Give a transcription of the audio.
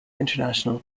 international